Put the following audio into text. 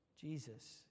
Jesus